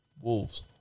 Wolves